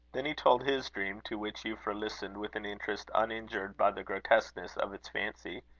then he told his dream, to which euphra listened with an interest uninjured by the grotesqueness of its fancy.